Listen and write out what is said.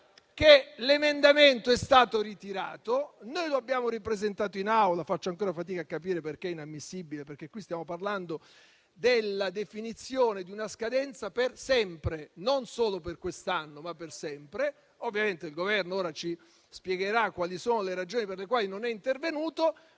che l'emendamento sia stato ritirato. Noi lo dobbiamo ripresentato in Aula e faccio ancora fatica a capire perché sia inammissibile, perché qui stiamo parlando della definizione di una scadenza non solo per quest'anno, ma per sempre. Ovviamente il rappresentante del Governo ora ci spiegherà quali sono le ragioni per le quali non è intervenuto.